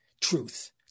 truth